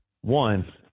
One